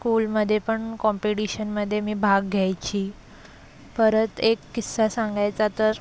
स्कूलमध्ये पण कॉम्पिटिशनमध्ये मी भाग घ्यायची परत एक किस्सा सांगायचा तर